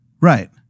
Right